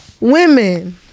women